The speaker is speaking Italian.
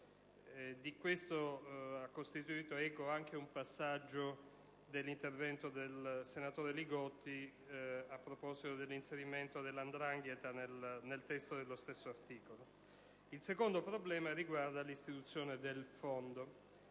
(di questo ha costituito eco anche un passaggio dell'intervento del senatore Li Gotti a proposito dell'inserimento della 'ndrangheta nel testo dello stesso articolo). Il secondo problema riguarda l'istituzione del fondo.